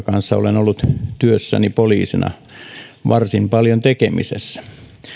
kanssa olen ollut työssäni poliisina varsin paljon tekemisissä